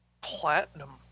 Platinum